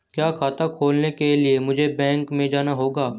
क्या खाता खोलने के लिए मुझे बैंक में जाना होगा?